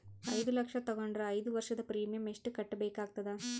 ಐದು ಲಕ್ಷ ತಗೊಂಡರ ಐದು ವರ್ಷದ ಪ್ರೀಮಿಯಂ ಎಷ್ಟು ಕಟ್ಟಬೇಕಾಗತದ?